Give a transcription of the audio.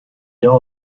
der